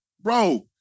bro